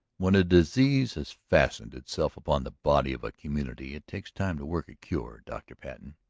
when a disease has fastened itself upon the body of a community it takes time to work a cure, dr. patten.